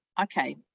okay